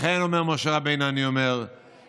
לכן אומר משה רבנו: אם כך,